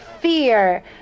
fear